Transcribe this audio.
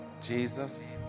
Jesus